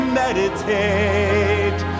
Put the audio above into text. meditate